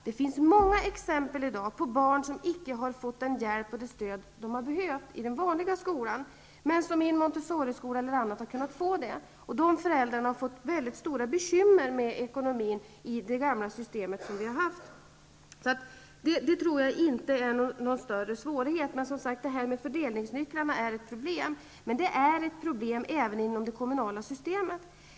Det finns i dag många exempel på barn som icke har fått den hjälp och det stöd som de har behövt i den vanliga skolan men som har kunnat få det i t.ex. en Montessoriskola. De föräldrarna har fått stora bekymmer med ekonomin i det gamla systemet. Det tror jag därför inte är någon större svårighet, men det är som sagt ett problem att hitta bra fördelningsnycklar. Men det är ett problem även inom det kommunala systemet.